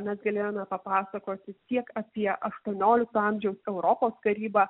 mes galėjome papasakoti tiek apie aštuoniolikto amžiaus europos karybą